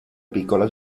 piccola